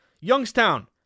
Youngstown